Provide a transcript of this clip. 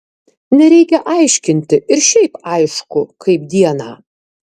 nereikia aiškinti ir šiaip aišku kaip dieną